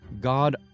God